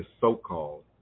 so-called